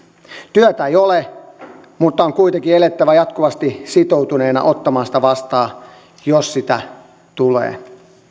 työtä ei ole mutta on kuitenkin elettävä jatkuvasti sitoutuneena ottamaan sitä vastaan jos sitä tulee